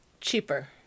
cheaper